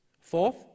Fourth